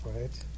right